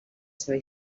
seva